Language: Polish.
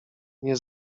nie